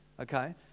okay